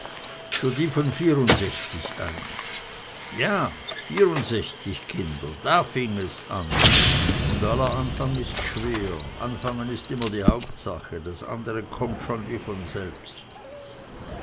für die von vierundsechzig ein ja vierundsechzig kinder da fing es an und aller anfang ist schwer anfangen ist immer die hauptsache das andre kommt dann schon wie von selbst